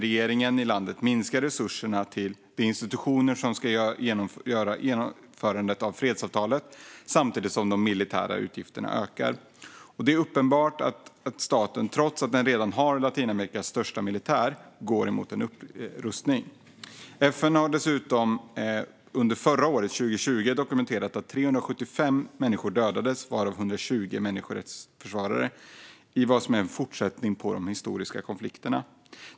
Regeringen i landet minskar resurserna till institutioner som ska genomföra fredsavtalet, samtidigt som de militära utgifterna ökar. Det är uppenbart att staten, trots att den redan har Latinamerikas största militär, går mot en upprustning. FN har dessutom under förra året, 2020, dokumenterat att 375 människor dödades, varav 120 människorättsförsvarare, i vad som är en fortsättning på de historiska konflikterna.